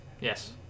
Yes